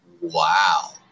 Wow